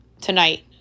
tonight